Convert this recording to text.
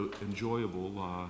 enjoyable